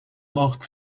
mogelijk